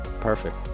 Perfect